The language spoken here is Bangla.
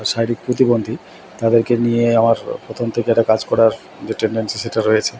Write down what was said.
শারীরিক প্রতিবন্ধী তাদেরকে নিয়ে আমার প্রথম থেকেই একটা কাজ করার যে টেন্ডেন্সি সেটা রয়েছে